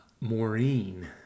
Maureen